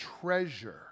treasure